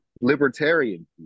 libertarian